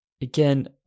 again